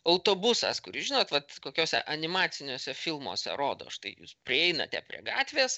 autobusas kuris žinot vat kokiose animaciniuose filmuose rodo štai jūs prieinate prie gatvės